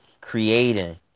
creating